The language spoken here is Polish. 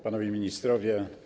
Panowie Ministrowie!